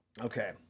Okay